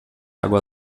água